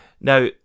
Now